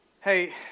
Hey